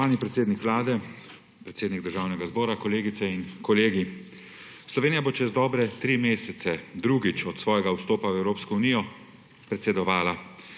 predsednik Vlade, predsednik Državnega zbora, kolegice in kolegi! Slovenija bo čez dobre tri mesece drugič od svojega vstopa v Evropsko unijo predsedovala.